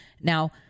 Now